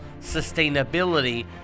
sustainability